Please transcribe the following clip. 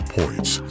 points